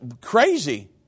crazy